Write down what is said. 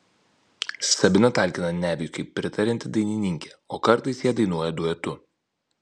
sabina talkina neviui kaip pritarianti dainininkė o kartais jie dainuoja duetu